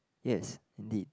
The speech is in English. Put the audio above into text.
yes indeed